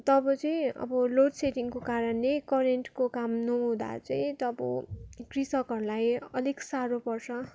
तब चाहिँ अब लोडसेडिङको कारणले करेन्टको काम नहुँदा चाहिँ तब कृषकहरूलाई अलिक साह्रो पर्छ